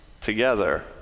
together